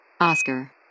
Oscar